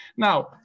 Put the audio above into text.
Now